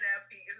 asking